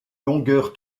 longueur